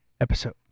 episode